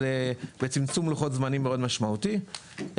אבל לצמצום לוחות זמנים מאוד משמעותי ושוב,